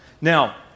Now